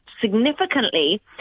significantly